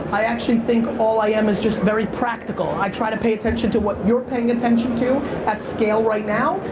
i actually think all i am is just very practical. i try to pay attention to what you're paying attention to at scale right now,